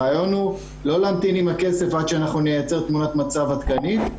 הרעיון הוא לא להמתין עם הכסף עד שנייצר תמונת מצב עדכנית,